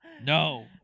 No